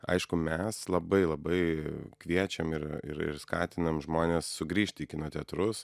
aišku mes labai labai kviečiam ir ir ir skatinam žmones sugrįžti į kino teatrus